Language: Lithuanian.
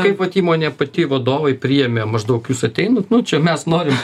kaip vat įmonė pati vadovai priėmė maždaug jūs ateinat nu čia mes norim